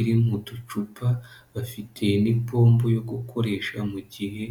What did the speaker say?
iri mu ducupa, bafite n'ipompo yo gukoresha mu gihe